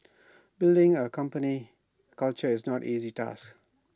building A company culture is not easy task